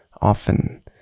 often